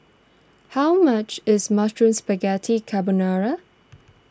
how much is Mushroom Spaghetti Carbonara